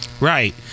Right